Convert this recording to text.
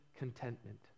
contentment